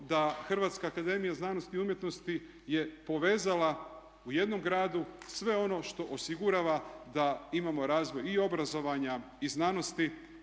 da Hrvatska akademija znanosti i umjetnosti je povezala u jednom gradu sve ono što osigurava da imamo razvoj i obrazovanja i znanosti